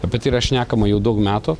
apie tai yra šnekama jau daug metų